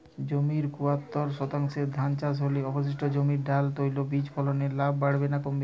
জমির চুয়াত্তর শতাংশে ধান চাষ হলে অবশিষ্ট জমিতে ডাল তৈল বীজ ফলনে লাভ বাড়বে না কমবে?